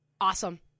awesome